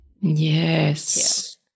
yes